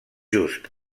just